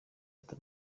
ati